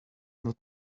not